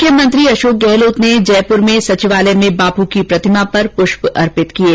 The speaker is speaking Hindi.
मुख्यमंत्री अशोक गहलोत ने जयपुर के सचिवालय में बापू की प्रतिमा पर पुष्प अर्पित किये